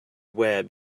web